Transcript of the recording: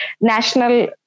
national